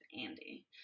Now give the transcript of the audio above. andy